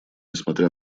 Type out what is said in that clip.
несмотря